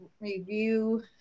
review